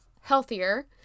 healthier